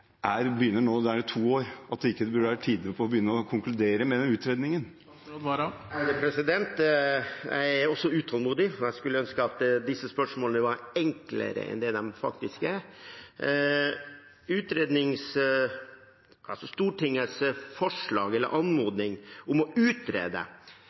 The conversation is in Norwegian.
burde være på tide å begynne å konkludere i den utredningen? Jeg er også utålmodig, og jeg skulle ønske at disse spørsmålene var enklere enn det de faktisk er.